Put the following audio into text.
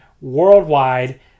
worldwide